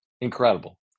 incredible